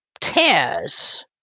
tears